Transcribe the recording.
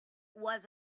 was